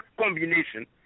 combination